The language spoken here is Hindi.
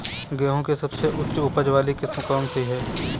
गेहूँ की सबसे उच्च उपज बाली किस्म कौनसी है?